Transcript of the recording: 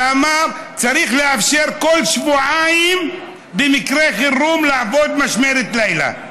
ואמר: צריך לאפשר כל שבועיים במקרה חירום לעבוד משמרת לילה.